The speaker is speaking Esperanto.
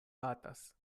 batas